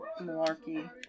malarkey